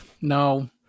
no